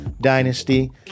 dynasty